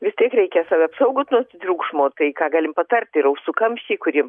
vis tiek reikia save apsaugot nuo triukšmo tai ką galim patarti yra ausų kamščiai kuriem